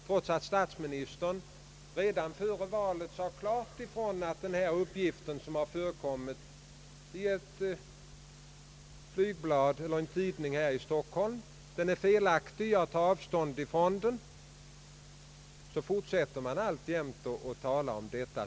Trots att statsministern redan före valet klart sade ifrån att den uppgiften, som förekommit i ett flygblad eller en tidning här i Stockholm, var felaktig och att han tog avstånd från den, fortsätter man alltjämt att tala om detta.